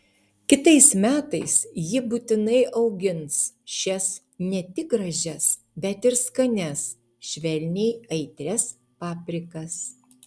kitais metais ji būtinai augins šias ne tik gražias bet ir skanias švelniai aitrias paprikas